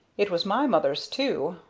it was my mother's too.